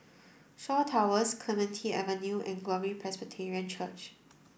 Shaw Towers Clementi Avenue and Glory Presbyterian Church